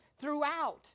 throughout